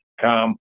come